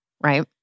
right